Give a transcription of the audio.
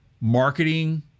marketing